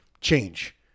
change